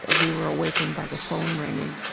ah we were awakened by the phone ringing.